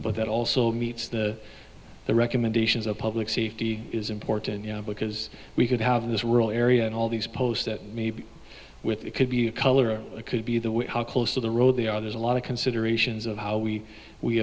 but that also meets the the recommendations of public safety is important because we could have this rural area and all these posts that maybe with it could be a color it could be the way how close to the road they are there's a lot of considerations of how we we